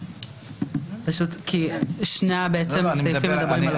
פשוט כי שני הסעיפים מדברים על אותו דבר.